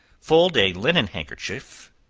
fold a linen handkerchief,